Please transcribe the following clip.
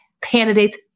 candidates